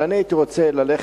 אבל אני הייתי רוצה ללכת,